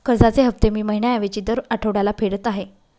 कर्जाचे हफ्ते मी महिन्या ऐवजी दर आठवड्याला फेडत आहे